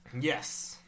Yes